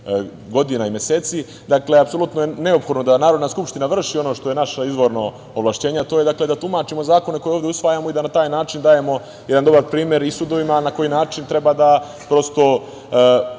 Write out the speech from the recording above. godina i meseci, apsolutno je neophodno da Narodna skupština vrši ono što je naše izvorno ovlašćenje, a to je da tumačimo zakone koje usvajamo i da na taj način dajemo jedan dobar primer i sudovima na koji način treba da prosto